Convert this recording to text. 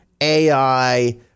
AI